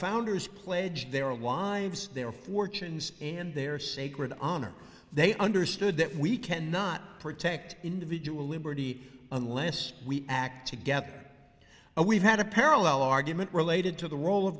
founders pledge their lives their fortunes and their sacred honor they understood that we cannot protect individual liberty unless we act together and we've had a parallel argument related to the role of